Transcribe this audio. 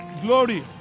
glory